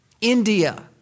India